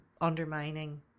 undermining